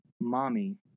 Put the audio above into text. Mommy